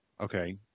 Okay